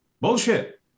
bullshit